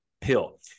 pill